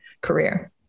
career